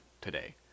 today